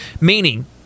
meaning